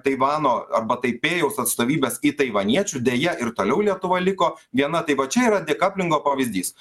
taivano arba taipėjaus atstovybes į taivaniečių deja ir toliau lietuva liko viena tai va čia yra dekaplingo pavyzdys